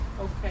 Okay